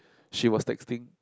she was texting